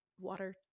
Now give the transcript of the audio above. water